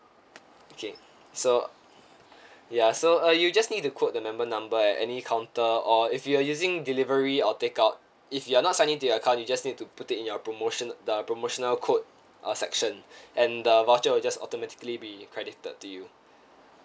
okay so ya so uh you just need to quote the member number at any counter or if you're using delivery or take out if you're not signed in to your account you just need to put it in your promotion the promotional code uh section and the voucher will just automatically be credited to you